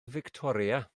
fictoria